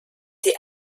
die